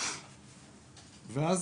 ואז,